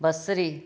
बसरी